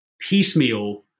piecemeal